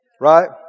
Right